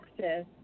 Texas